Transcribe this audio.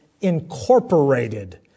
incorporated